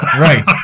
right